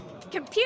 Computer